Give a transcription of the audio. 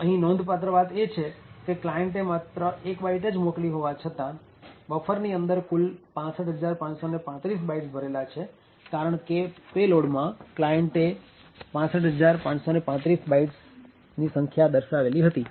આમ અહીં નોંધ પાત્ર વાત એ છે કે ક્લાયન્ટે માત્ર ૧ બાઈટ જ મોકલી હોવા છતાં બફરની અંદર કુલ ૬૫૫૩૫ બાઇટ્સ ભરેલા છે કારણકે પેલોડ માં ક્લાયન્ટે ૬૫૫૩૫ બાઇટ્સ દર્શાવેલી હતી